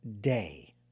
day